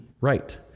right